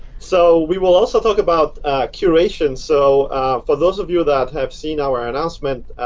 so we will also talk about curation. so for those of you that have seen our announcement,